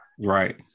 right